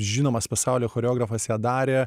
žinomas pasaulio choreografas ją darė